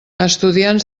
estudiants